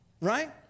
Right